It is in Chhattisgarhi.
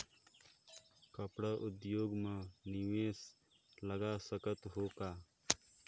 कपड़ा उद्योग म निवेश लगा सकत हो का?